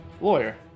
Lawyer